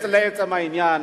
לעצם העניין,